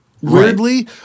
weirdly